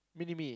mini me